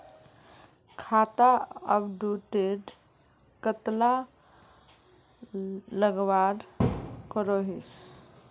खाता अपटूडेट कतला लगवार करोहीस?